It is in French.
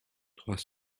trois